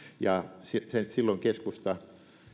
ja silloin keskusta